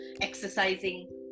exercising